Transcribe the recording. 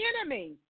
enemy